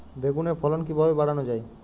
বেগুনের ফলন কিভাবে বাড়ানো যায়?